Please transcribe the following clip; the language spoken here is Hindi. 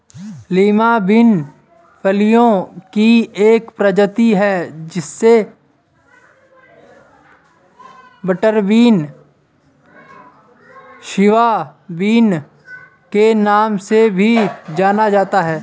लीमा बिन फलियों की एक प्रजाति है जिसे बटरबीन, सिवा बिन के नाम से भी जाना जाता है